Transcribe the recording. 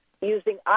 using